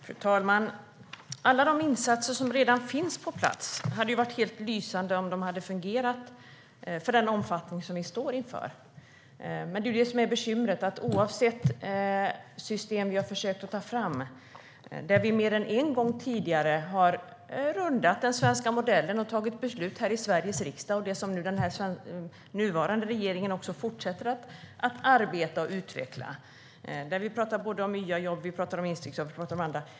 Fru talman! Det hade varit lysande om alla de insatser som redan finns på plats hade fungerat för den omfattning vi står inför. Det är vad som är bekymret oavsett de system vi har försökt att ta fram. Vi har mer än en gång tidigare rundat den svenska modellen och fattat beslut här i Sveriges riksdag. Det är något som den nuvarande regeringen fortsätter att arbeta med och utveckla. Vi talar om nya jobb, instegsjobb och annat.